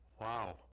wow